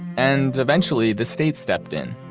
and eventually the state stepped in.